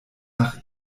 nach